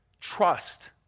trust